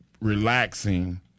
relaxing